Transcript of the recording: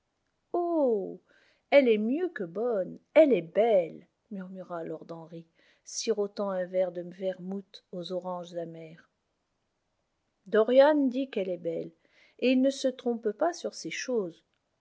elle est mieux que bonne elle est belle murmura lord henry sirotant un verre de vermouth aux oranges amères dorian dit qu'elle est belle et il ne se trompe pas sur ces choses